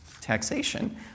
taxation